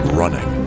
running